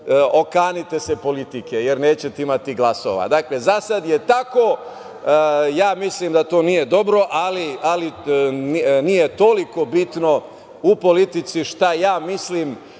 okanite se politike, jer nećete imati glasova. Dakle, za sad je tako. Mislim da to nije dobro, ali nije toliko bitno u politici šta ja mislim,